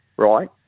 Right